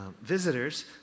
Visitors